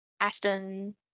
Aston